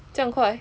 这样快